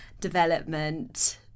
development